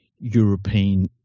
European